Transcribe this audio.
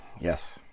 Yes